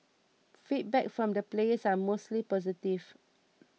feedback from the players was mostly positive